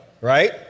right